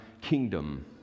kingdom